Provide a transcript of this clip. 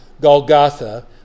Golgotha